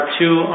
two